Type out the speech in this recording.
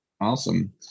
Awesome